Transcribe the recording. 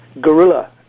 gorilla